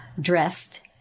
dressed